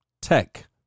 tech